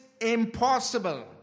impossible